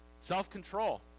Self-control